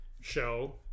show